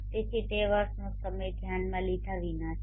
તેથી તે વર્ષનો સમય ધ્યાનમાં લીધા વિના છે